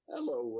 Hello